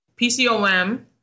PCOM